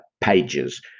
Pages